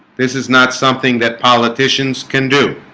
this is not something that politicians can do